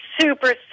super